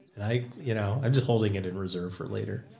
and i, you know, i'm just holding it in reserve for later.